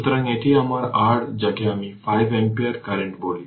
সুতরাং এটি আমার R যাকে আমি 5 অ্যাম্পিয়ার কারেন্ট বলি